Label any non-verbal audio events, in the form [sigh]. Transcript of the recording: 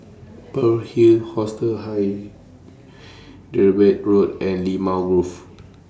Pearl's Hill Hostel [unintelligible] Road and Limau Grove